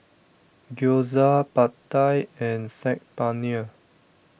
Gyoza Pad Thai and Saag Paneer